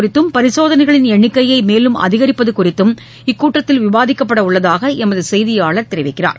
குறித்தும் பரிசோதனைகளின் எண்ணிக்கையைமேலும் அதிகரிப்பதுகுறித்தும் தடுப்புப்பணிகள் இக்கூட்டத்தில் விவாதிக்கப்படவுள்ளதாகஎமதுசெய்தியாளர் தெரிவிக்கிறார்